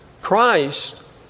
Christ